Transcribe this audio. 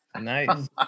Nice